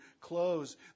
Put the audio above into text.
clothes